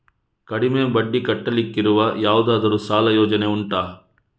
ಕಡಿಮೆ ಬಡ್ಡಿ ಕಟ್ಟಲಿಕ್ಕಿರುವ ಯಾವುದಾದರೂ ಸಾಲ ಯೋಜನೆ ಉಂಟಾ